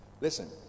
listen